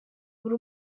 buri